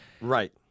Right